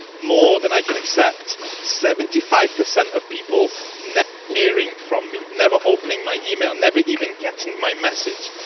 more than i can accept seventy five percent of people not hearing from me, never opening my email, never even getting my message.